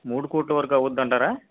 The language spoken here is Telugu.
మూడు కోట్ల వరకు అవుద్ది అంటారా